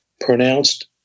pronounced